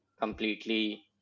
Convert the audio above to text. completely